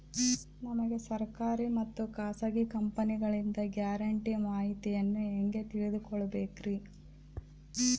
ನಮಗೆ ಸರ್ಕಾರಿ ಮತ್ತು ಖಾಸಗಿ ಕಂಪನಿಗಳಿಂದ ಗ್ಯಾರಂಟಿ ಮಾಹಿತಿಯನ್ನು ಹೆಂಗೆ ತಿಳಿದುಕೊಳ್ಳಬೇಕ್ರಿ?